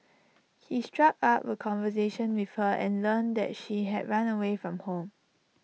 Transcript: he struck up A conversation with her and learned that she had run away from home